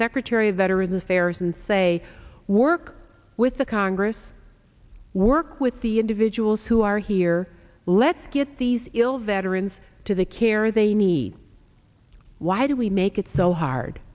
secretary of veterans affairs and say work with the congress work with the individuals who are here let's get these ill veterans to the care they need why do we make it so hard